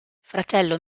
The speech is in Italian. fratello